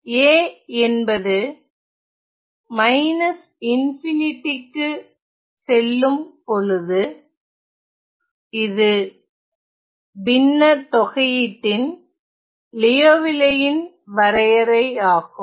a என்பது ற்கு செல்லும் பொழுது இது பின்ன தொகையீட்டின் லியோவில்லே ன் Liouvilles வரையறையாகும்